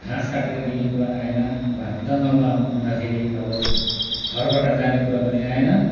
घास काटेर दिने कुरा आएन जङ्गलमा हुदाँखेरि अब घरबाट जाने कुरा पनि आएन